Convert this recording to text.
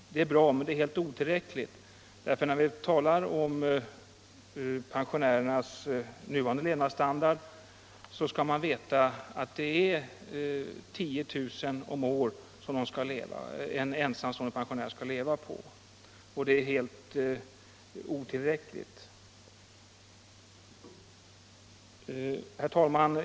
Det är bra men helt otillräckligt. När man talar om pensionärernas nuvarande levnadsstandard skall man veta att en ensamstående pensionär har 10 000 kr. om året att leva på, och det räcker inte alls. Herr talman!